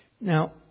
Now